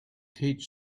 teach